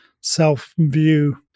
self-view